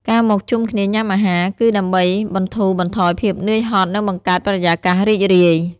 ការមកជុំគ្នាញ៉ាំអាហារ គឺដើម្បីបន្ធូរបន្ថយភាពនឿយហត់ និងបង្កើតបរិយាកាសរីករាយ។